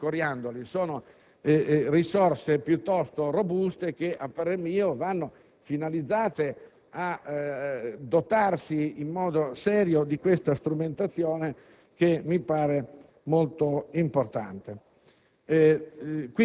non sono coriandoli, ma risorse piuttosto robuste che, a parer mio, vanno finalizzate per dotarsi in modo serio di questa strumentazione che mi sembra molto importante.